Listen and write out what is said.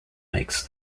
makes